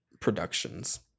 productions